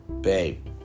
Babe